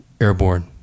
Airborne